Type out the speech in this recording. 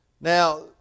Now